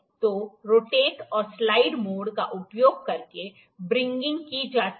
तो रोटेट और slide mode का उपयोग करके व्रिंगगिंग की जाती है